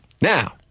Now